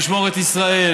ישמור את ישראל.